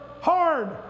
hard